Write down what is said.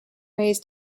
ways